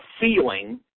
feeling